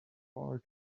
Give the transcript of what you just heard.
far